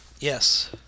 Yes